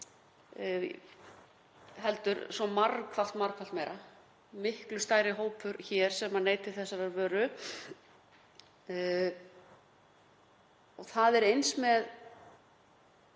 heldur svo margfalt meira, það er miklu stærri hópur hér sem neytir þessarar vöru. Það er eins með